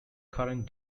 current